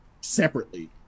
separately